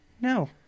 no